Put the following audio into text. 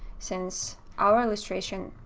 since our illustration,